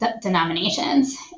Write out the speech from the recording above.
denominations